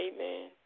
Amen